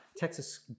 Texas